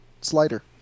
slider